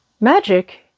Magic